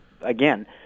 again